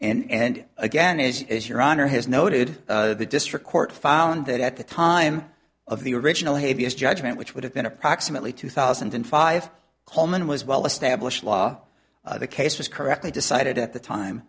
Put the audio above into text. it and again as is your honor has noted the district court found that at the time of the original a v s judgment which would have been approximately two thousand and five coleman was well established law the case was correctly decided at the time